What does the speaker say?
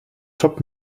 top